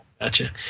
Gotcha